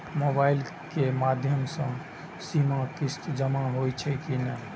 Mobile के माध्यम से सीमा किस्त जमा होई छै कि नहिं?